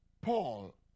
Paul